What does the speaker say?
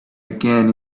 again